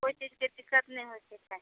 कोइ चीजके डिस्टर्ब नहि होइके चाही